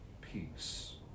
peace